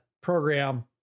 program